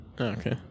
okay